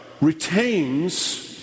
retains